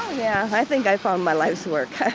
yeah. i think i've found my life's work.